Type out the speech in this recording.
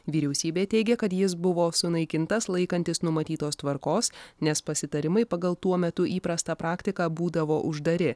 vyriausybė teigia kad jis buvo sunaikintas laikantis numatytos tvarkos nes pasitarimai pagal tuo metu įprastą praktiką būdavo uždari